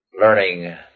learning